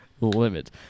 limit